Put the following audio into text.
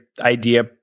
idea